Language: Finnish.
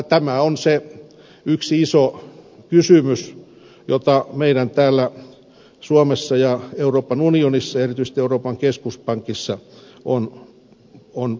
tämä on se yksi iso kysymys jota meidän täällä suomessa ja euroopan unionissa ja erityisesti euroopan keskuspankissa on pohdittava